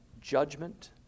judgment